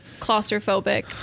claustrophobic